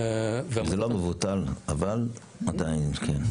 זה לא מבוטל, אבל עדיין --- כן.